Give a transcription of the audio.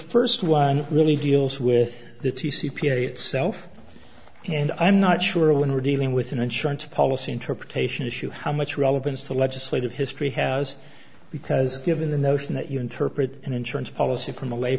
first one really deals with the c p a itself and i'm not sure when we're dealing with an insurance policy interpretation issue how much relevance the legislative history has because given the notion that you interpret an insurance policy from